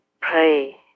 pray